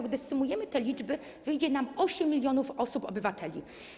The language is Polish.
Gdy zsumujemy te liczby, wyjdzie nam 8 mln osób, obywateli.